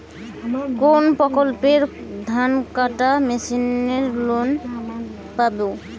কোন প্রকল্পে ধানকাটা মেশিনের লোন পাব?